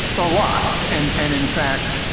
well, a lot. and and in fact,